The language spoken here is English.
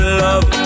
love